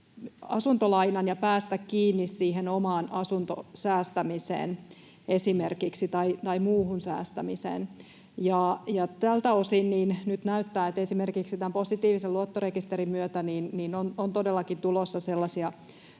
asuntolainan ja päästä kiinni esimerkiksi siihen omaan asuntosäästämiseen tai muuhun säästämiseen. Tältä osin nyt näyttää, että esimerkiksi tämän positiivisen luottorekisterin myötä on todellakin tulossa sellaisia